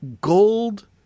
gold